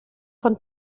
von